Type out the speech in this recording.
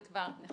זה כבר נחקק,